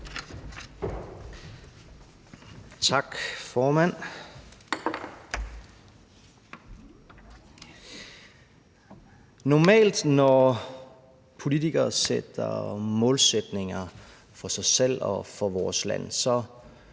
Tak, formand. Normalt når politikere sætter målsætninger for sig selv og for vores land, så